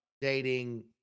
dating